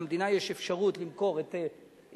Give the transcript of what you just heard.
למדינה יש אפשרות למכור את אחזקותיה,